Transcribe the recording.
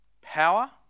Power